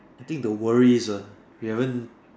I think the worries uh they haven't